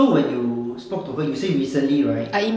so when you spoke to her you say recently right